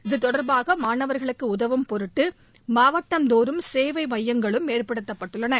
இத்தொடர்பாக மாணவர்களுக்கு உதவும் பொருட்டு மாவட்டம் தோறும் சேவை மையங்களும் ஏற்படுத்தப்பட்டுள்ளன